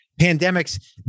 pandemics